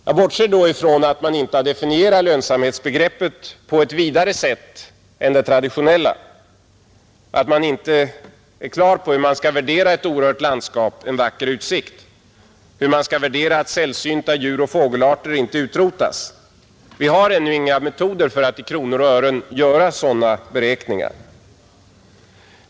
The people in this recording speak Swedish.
Jag bortser då från att man inte har definierat lönsamhetsbegreppet på ett vidare sätt än det traditionella, att man inte är på det klara med hur man skall värdera ett orört landskap, en vacker utsikt, hur skall man värdera att sällsynta djuroch fågelarter inte utrotas. Vi har ännu inga metoder att i kronor och ören göra sådana beräkningar.